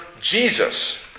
Jesus